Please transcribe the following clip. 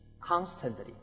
constantly